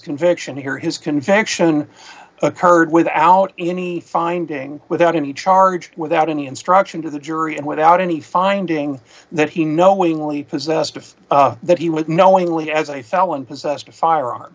conviction here his conviction occurred without any finding without any charge without any instruction to the jury and without any finding that he knowingly possessed of that he would knowingly as a felon possessed a fire